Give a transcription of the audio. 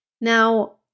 Now